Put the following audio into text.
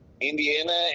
Indiana